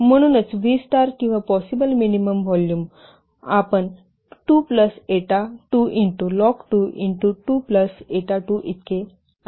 म्हणूनच V star किंवा possible minimum volume आपण 2 plus eta 2 into log 2 into 2 plus एटा2 इतके असेल